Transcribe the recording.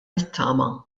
nittama